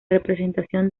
representación